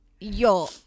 yo